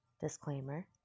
Disclaimer